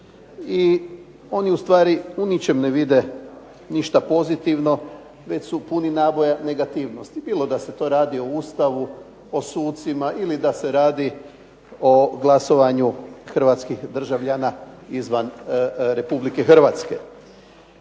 i oni ustvari u ničem ne vide ništa pozitivno već su puni naboja negativnosti. Bilo da se to radi o Ustavu, o sucima ili da se radi o glasovanju hrvatskih državljana izvan RH.